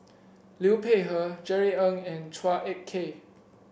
Liu Peihe Jerry Ng and Chua Ek Kay